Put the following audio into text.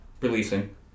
Releasing